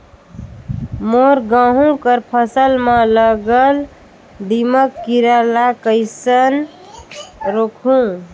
मोर गहूं कर फसल म लगल दीमक कीरा ला कइसन रोकहू?